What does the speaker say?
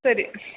ಸರಿ